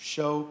Show